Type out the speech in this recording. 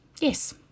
Yes